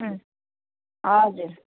हजुर